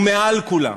ומעל כולם,